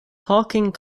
talking